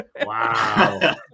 Wow